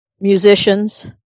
musicians